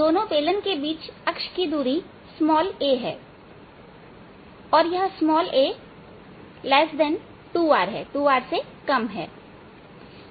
दोनों बेलन के अक्ष के बीच की दूरी a है और a2r है और इसलिए यहां एक आच्छादन है